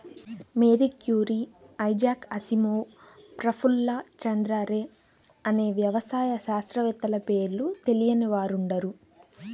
Mary Curie, Isaac Asimov, Prafulla Chandra Ray అనే వ్యవసాయ శాస్త్రవేత్తల పేర్లు తెలియని వారుండరు